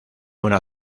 una